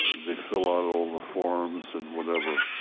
they fill out all the forms and whatever.